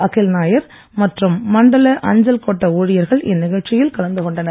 அகில் நாயர் மற்றும் மண்டல அஞ்சல் கோட்ட ஊழியர்கள் இந்நிகழ்ச்சியில் கலந்து கொண்டனர்